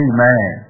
Amen